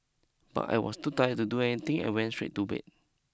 but I was too tired to do anything and went straight to bed